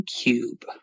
cube